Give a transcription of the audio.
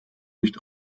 nicht